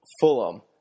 Fulham